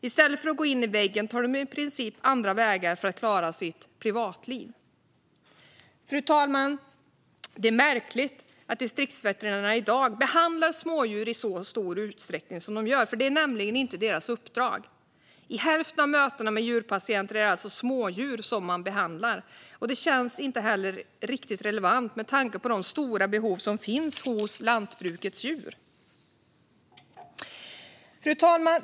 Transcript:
I stället för att gå in i väggen tar de i princip andra vägar för att klara sitt privatliv. Fru talman! Det är märkligt att distriktsveterinärerna i dag behandlar smådjur i så stor utsträckning som de gör, för det är nämligen inte deras uppdrag. I hälften av mötena med djurpatienter är det alltså smådjur som de behandlar, och det känns inte heller riktigt relevant med tanke på de stora behov som finns hos lantbrukets djur. Fru talman!